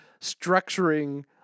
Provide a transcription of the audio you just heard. structuring